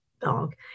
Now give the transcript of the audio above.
dog